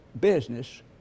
business